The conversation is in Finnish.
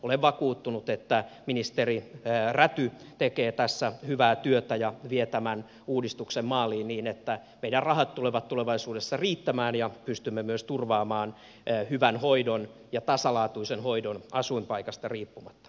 olen vakuuttunut että ministeri räty tekee tässä hyvää työtä ja vie tämän uudistuksen maaliin niin että meidän rahamme tulevat tulevaisuudessa riittämään ja pystymme myös turvaamaan hyvän ja tasalaatuisen hoidon asuinpaikasta riippumatta